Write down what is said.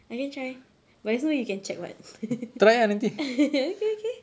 I can try but just know you can check what okay okay